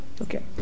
Okay